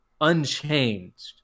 unchanged